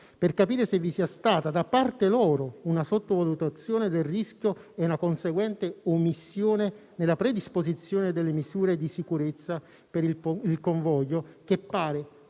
per capire se vi sia stata da parte loro una sottovalutazione del rischio e una conseguente omissione nella predisposizione delle misure di sicurezza per il convoglio, che pare